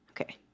Okay